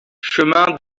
chemin